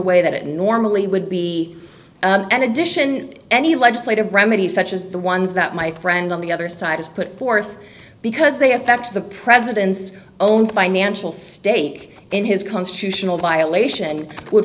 way that it normally would be an addition any legislative remedy such as the ones that my friend on the other side has put forth because they affect the president's own financial stake in his constitutional violation would